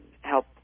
help